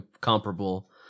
comparable